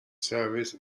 service